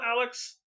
Alex